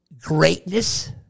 Greatness